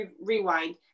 rewind